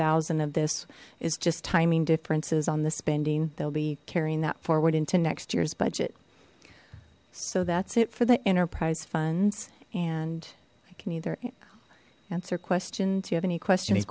zero of this is just timing differences on the spending they'll be carrying that forward into next year's budget so that's it for the enterprise funds and i can either answer questions you have any questions